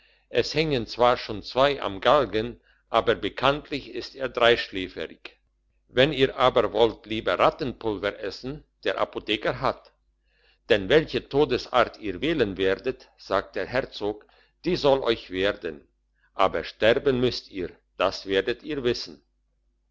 es hängen zwar schon zwei am galgen aber bekanntlich ist er dreischläferig wenn ihr aber wollt lieber rattenpulver essen der apotheker hat denn welche todesart ihr wählen werdet sagt der herzog die soll euch werden aber sterben müsst ihr das werdet ihr wissen